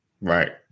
right